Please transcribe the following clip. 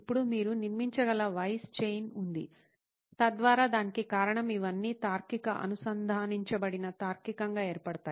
ఇప్పుడు మీరు నిర్మించగల వైస్ చైన్ ఉంది తద్వారా దానికి కారణం ఇవన్నీ తార్కిక అనుసంధానించబడిన తార్కికంగా ఏర్పడతాయి